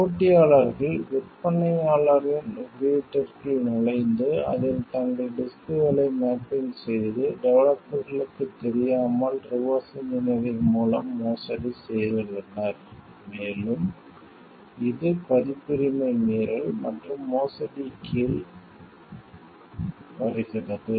போட்டியாளர்கள் விற்பனையாளரின் குறியீட்டிற்குள் நுழைந்து அதில் தங்கள் டிஸ்க்களை மேப்பிங் செய்து டெவலப்பர்களுக்குத் தெரியாமல் ரிவர்ஸ் இன்ஜினியரிங் மூலம் மோசடி செய்துள்ளனர் மேலும் இது பதிப்புரிமை மீறல் மற்றும் மோசடி போன்ற கீழ் வருகிறது